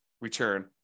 return